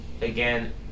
again